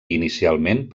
inicialment